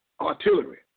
Artillery